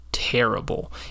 Terrible